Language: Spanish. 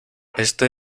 este